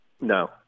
No